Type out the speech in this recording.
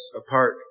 apart